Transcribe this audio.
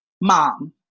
mom